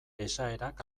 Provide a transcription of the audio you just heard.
esaerak